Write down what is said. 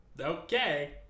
Okay